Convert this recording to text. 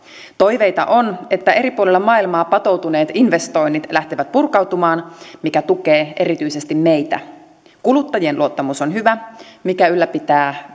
toiveita on että eri puolilla maailmaa patoutuneet investoinnit lähtevät purkautumaan mikä tukee erityisesti meitä kuluttajien luottamus on hyvä mikä ylläpitää